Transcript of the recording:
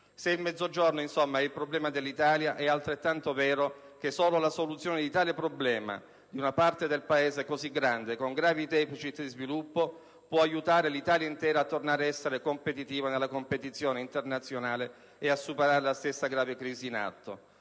Se il Mezzogiorno, insomma, è il problema dell'Italia, è altrettanto vero che solo la soluzione di tale problema - di una parte del Paese così grande con gravi *deficit* di sviluppo - può aiutare l'Italia intera a tornare ad essere competitiva sulla scena internazionale e a superare la stessa grave crisi in atto.